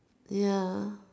ya